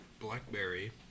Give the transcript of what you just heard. Blackberry